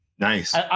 Nice